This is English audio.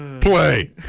Play